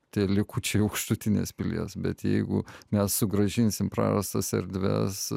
tie likučiai aukštutinės pilies bet jeigu mes sugrąžinsim prarastas erdves